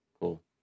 Cool